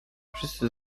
wszyscy